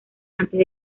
antes